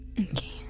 Okay